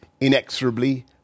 inexorably